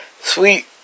Sweet